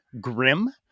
grim